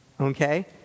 Okay